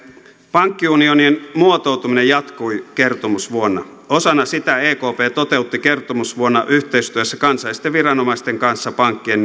pankkiunionin muotoutuminen jatkui kertomusvuonna osana sitä ekp toteutti kertomusvuonna yhteistyössä kansallisten viranomaisten kanssa pankkien